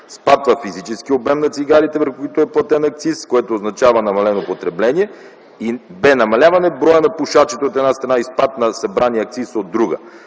спад на физическия обем на цигарите, върху които е платен акциз, което означава намалено потребление и намаляване броя на пушачите, от една страна, и спад на събрания акциз – от друга.